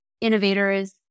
innovators